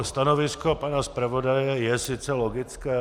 Stanovisko pana zpravodaje je sice logické.